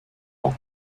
ans